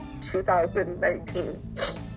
2019